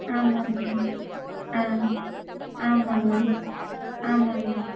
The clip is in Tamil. ஆமாங்க ஆ ஆமாங்ண்ணா ஆமாங்ண்ணா